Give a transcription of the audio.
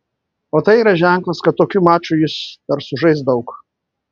o tai yra ženklas kad tokių mačų jis dar sužais daug